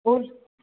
आओर